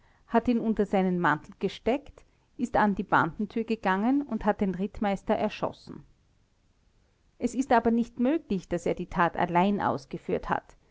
hat ihn unter seinen mantel gesteckt ist an die bandentür gegangen und hat den rittmeister erschossen es ist aber nicht möglich daß er die tat allein ausgeführt hat